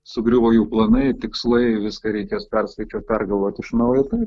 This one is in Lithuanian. sugriuvo jų planai tikslai viską reikės perskaičiuot pergalvot iš naujo tai